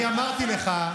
נכון,